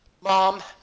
Mom